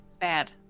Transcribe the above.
Bad